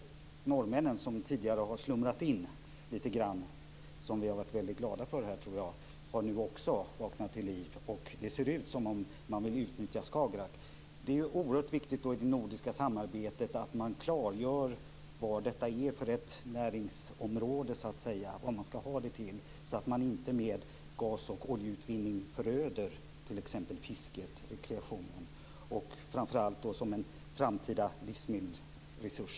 Norrmännen, som tidigare har slumrat litet grand här - vilket vi har varit väldigt glada för - har nu också vaknat till liv, och det ser ut som om man vill utnyttja Skagerrak. Det är då oerhört viktigt att i det nordiska samarbetet klargöra vad detta är för ett näringsområde och vad vi skall ha det till, så att man inte med gas och oljeutvinning föröder t.ex. fisket och rekreationen och, framför allt, Skagerraks möjligheter att vara en framtida livsmedelsresurs.